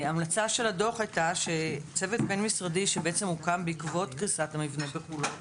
ההמלצה של הדוח הייתה שצוות בין-משרדי שהוקם בעקבות קריסת המבנה בחולון